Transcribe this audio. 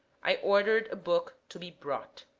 i ordered a book to be brought.